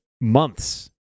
months